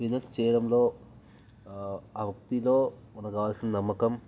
business చేయడంలో ఆ వృత్తిలో మనకి కావాల్సింది నమ్మకం